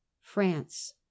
france